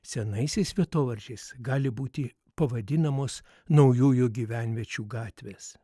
senaisiais vietovardžiais gali būti pavadinamos naujųjų gyvenviečių gatvės